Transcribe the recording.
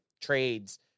trades